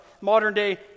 modern-day